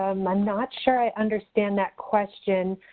um i'm not sure i understand that question.